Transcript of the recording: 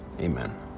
amen